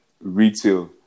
retail